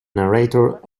narrator